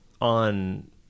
on